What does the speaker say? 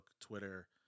Twitter